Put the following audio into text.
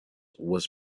was